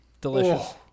delicious